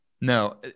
no